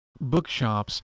bookshops